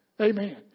Amen